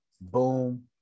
boom